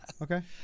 okay